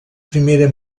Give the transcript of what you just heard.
primera